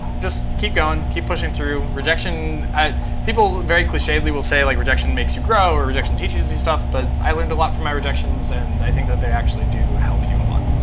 just keep going, keep pushing through. rejection people very clichedly will say, like, rejection makes you grow, or rejection teaches you stuff. but i learned a lot from my rejections, and i think that they actually do help you a lot.